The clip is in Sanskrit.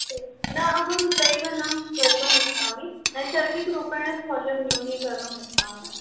न अहं सैव न कर्तुम् इच्छामि नैसर्गिकरूपेण स्थौल्यं न्यूनीकरणम् इच्छामि अहम्